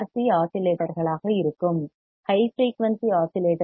சிRC ஆஸிலேட்டர்களாக இருக்கும் high frequency ஆஸிலேட்டர்கள் என்றால் எல்